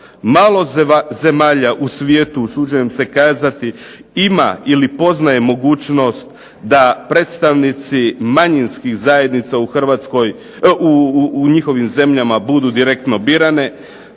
Malo zemalja u svijetu usuđujem se kazati ima ili poznaje mogućnost da predstavnici manjinskih zajednica u Hrvatskoj, u njihovim zemljama budu direktno birane.